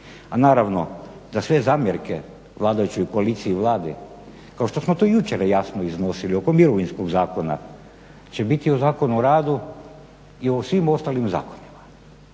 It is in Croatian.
A naravno da sve zamjerke vladajućoj koaliciji i Vladi kao što smo to i jučer jasno iznosili oko mirovinskog zakona će biti u Zakonu o radu i u svim ostalim zakonima.